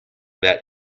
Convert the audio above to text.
that